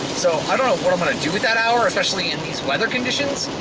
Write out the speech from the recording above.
so i don't know what i'm going to do with that hour especially in these weather conditions.